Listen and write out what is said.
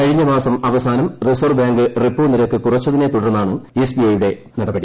കഴിഞ്ഞ മാസം അവസാനം റിസർവ്വ് ബാങ്ക് റിപ്പോ നിരക്ക് കുറച്ചതിനെ തുടർന്നാണ് എസ് ബി ഐ യുടെ നടപടി